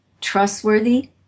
trustworthy